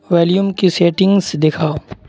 volume کی settings دکھاؤ